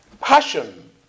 passion